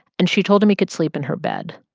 and she told him he could sleep in her bed.